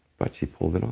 but she pulled